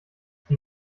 sie